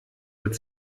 wird